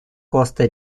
коста